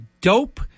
dope